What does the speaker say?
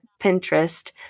Pinterest